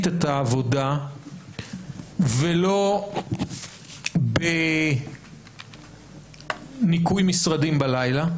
את העבודה ולא בניקוי משרדים בלילה.